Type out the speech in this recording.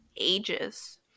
ages